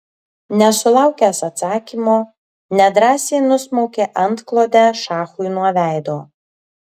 nesulaukęs atsakymo nedrąsiai nusmaukė antklodę šachui nuo veido